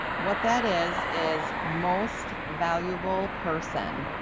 what that is is most valuable person,